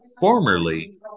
formerly